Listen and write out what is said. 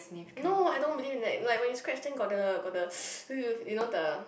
no I don't believe in that like when you scratch then got the got the you know the